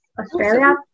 Australia